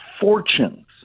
fortunes